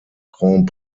grand